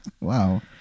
wow